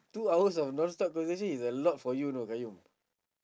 two hours of non-stop conversation is a lot for you you know qayyum